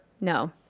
no